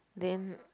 then